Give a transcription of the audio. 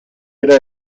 era